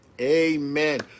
amen